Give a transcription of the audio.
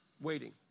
waiting